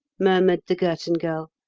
murmured the girton girl.